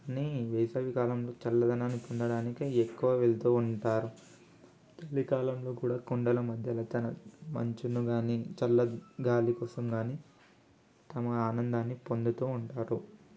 కానీ వేసవికాలంలో చల్లదనాన్ని పొందడానికి ఎక్కువ వెళ్తూ ఉంటారు చలికాలంలో కూడా కొండల మధ్యన తన మంచునుకానీ చల్లగాలి కోసం కానీ తమ ఆనందాన్ని పొందుతూ ఉంటారు